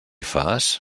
fas